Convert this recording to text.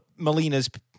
Molinas